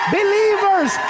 believers